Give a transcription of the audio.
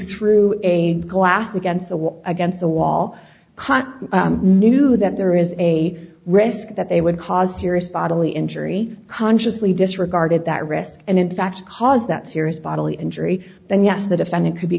threw a glass against the wall against the wall caught knew that there is a risk that they would cause serious bodily injury consciously disregarded that risk and in fact cause that serious bodily injury then yes the defendant could be